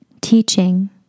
teaching